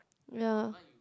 ya